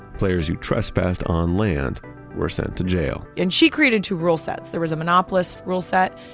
players who trespassed on land were sent to jail and she created two rule sets, there was a monopolist rule set,